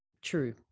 true